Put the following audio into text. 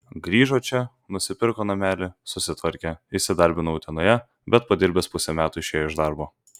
grįžo čia nusipirko namelį susitvarkė įsidarbino utenoje bet padirbęs pusę metų išėjo iš darbo